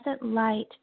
light